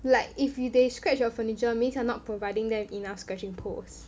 like if you they scratch your furniture means you are not providing them enough scratching poles